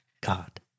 God